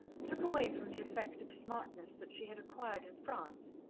took away from the effect of smartness that she had acquired in france,